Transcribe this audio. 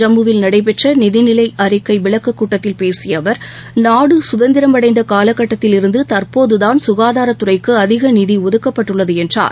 ஜம்முவில் நடைபெற்ற நிதிநிலை அறிக்கை விளக்கக் கூட்டத்தில் பேசிய அவர் நாடு சுதந்திரமடைந்த காலகட்டத்தில் இருந்து தற்போதுதான் சுகாதாரத் துறைக்கு அதிக நிதி ஒதுக்கப்பட்டுள்ளது என்றார்